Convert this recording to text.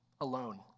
alone